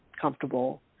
comfortable